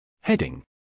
Heading